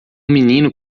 menino